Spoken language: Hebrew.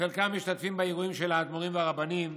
חלקם משתתפים באירועים של האדמו"רים והרבנים,